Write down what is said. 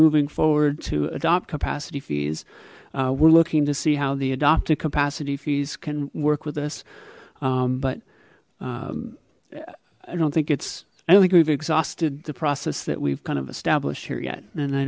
moving forward to adopt capacity fees we're looking to see how the adopted capacity fees can work with us but i don't think it's i don't think we've exhausted the process that we've kind of established here yet and i